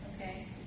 Okay